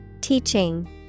Teaching